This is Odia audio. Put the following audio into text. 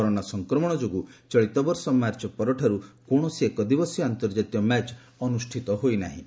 କରୋନା ସଂକ୍ରମଣ ଯୋଗୁଁ ଚଳିତବର୍ଷ ମାର୍ଚ୍ଚ ପରଠାରୁ କୌଣସି ଏକଦିବସୀୟ ଆନ୍ତର୍ଜାତିକ ମ୍ୟାଚ୍ ଅନୁଷ୍ଠିତ ହୋଇନାହିଁ